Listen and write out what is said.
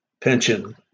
pension